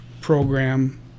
program